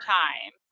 time